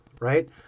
right